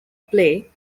play